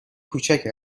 کوچک